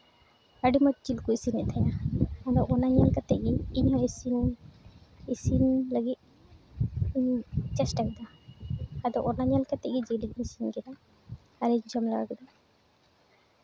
ᱟᱹᱰᱤ ᱢᱚᱡᱽ ᱡᱤᱞ ᱠᱚ ᱤᱥᱤᱱᱮᱫ ᱛᱟᱦᱮᱱᱟ ᱟᱫᱚ ᱚᱱᱟ ᱧᱮᱞ ᱠᱟᱛᱮᱫ ᱜᱮ ᱤᱧᱦᱚᱸ ᱤᱥᱤᱱ ᱞᱟᱹᱜᱤᱫ ᱤᱧ ᱪᱮᱥᱴᱟ ᱠᱮᱫᱟ ᱟᱫᱚ ᱚᱱᱟ ᱧᱮᱞ ᱠᱟᱛᱮᱫ ᱜᱮ ᱡᱤᱞ ᱤᱧ ᱤᱥᱤᱱ ᱠᱮᱫᱟ ᱟᱨᱤᱧ ᱡᱚᱢ ᱞᱮᱜᱟ ᱠᱮᱫᱟ